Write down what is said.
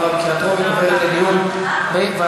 איכות המזון ולתזונה נכונה בצהרונים,